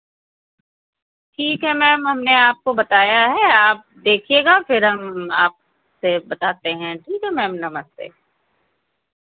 ठीक है मैम हमने आपको बताया है आप देखिएगा फिर हम आप से बताते हैं ठीक है मैम नमस्ते